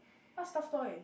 what stuffed toy